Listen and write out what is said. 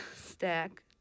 stack